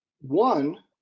one